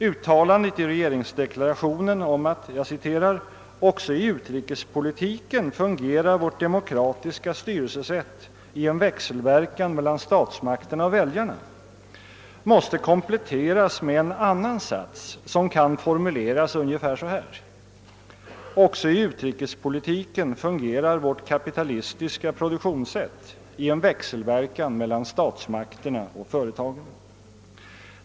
Uttalandet i regeringsdeklarationen om att »också i utrikespolitiken fungerar vårt demokratiska styrelsesätt i en växelverkan mellan statsmakterna och väljarna», måste kompletteras med en annan sats som kan formuleras ungefär så här: Också i utrikespolitiken fungerar vårt kapitalistiska produktionssätt i en växelverkan mellan statsmakterna och företagen.